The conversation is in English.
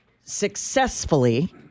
successfully